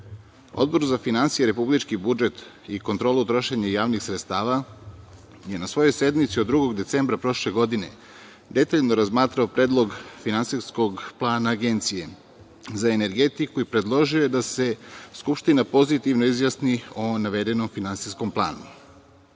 za finansije, republički budžet i kontrolu trošenja javnih sredstava je na svojoj sednici od 2. decembra prošle godine detaljno razmatrao Predlog finansijskog plana Agencije za energetiku i predložio da se Skupština pozitivno izjasni o navedenom finansijskom planu. Pošto